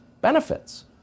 benefits